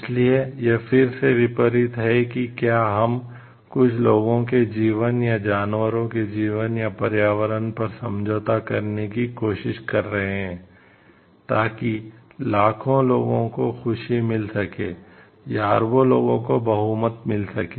इसलिए यह फिर से विपरीत है कि क्या हम कुछ लोगों के जीवन या जानवरों के जीवन या पर्यावरण पर समझौता करने की कोशिश कर रहे हैं ताकि लाखों लोगों को खुशी मिल सके या अरबों लोगों को बहुमत मिल सके